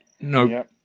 No